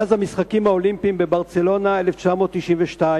מאז המשחקים האולימפיים בברצלונה 1992,